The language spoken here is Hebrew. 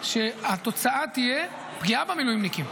התוצאה תהיה פגיעה במילואימניקים,